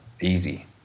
easy